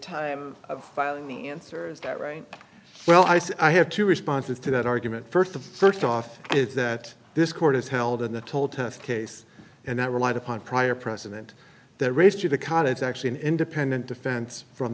time of filing the answer is that right well i say i have two responses to that argument first the first off is that this court is held in the toll test case and that relied upon prior precedent that raised you the cot it's actually an independent defense from